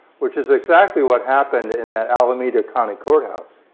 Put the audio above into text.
which is exactly what happened in that alameda county courthouse.